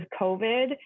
COVID